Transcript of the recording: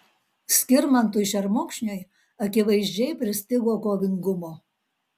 skirmantui šermukšniui akivaizdžiai pristigo kovingumo